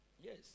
yes